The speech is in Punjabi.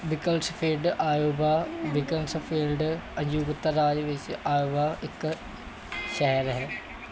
ਬੀਕਲਸਫੀਲਡ ਆਇਓਵਾ ਬੀਕਨਸਫੀਲਡ ਸੰਯੁਕਤ ਰਾਜ ਵਿੱਚ ਆਇਓਵਾ ਵਿੱਚ ਇੱਕ ਸ਼ਹਿਰ ਹੈ